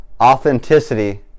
authenticity